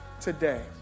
today